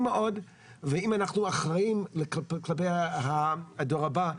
מאוד ואם אנחנו אחראיים כלפי הדור הבא,